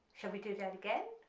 shall we do that again?